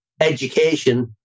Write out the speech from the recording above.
education